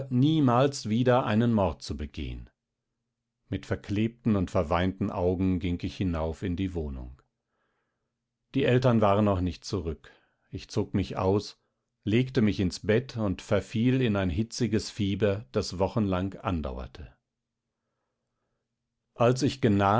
niemals wieder einen mord zu begehen mit verklebten und verweinten augen ging ich hinauf in die wohnung die eltern waren noch nicht zurück ich zog mich aus legte mich ins bett und verfiel in ein hitziges fieber das wochenlang andauerte als ich